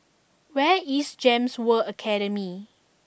where is Gems World Academy